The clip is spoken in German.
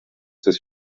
des